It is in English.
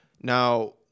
now